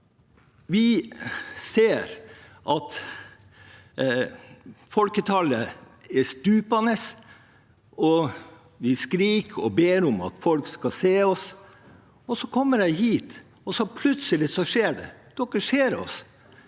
Vi ser at folketallet stuper, og vi skriker og ber om at folk skal se oss. Så kommer jeg hit, og plutselig skjer det: Dere ser oss